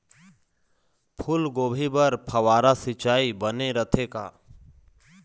फूलगोभी बर फव्वारा सिचाई बने रथे का?